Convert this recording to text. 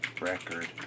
record